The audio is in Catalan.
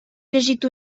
llegit